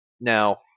now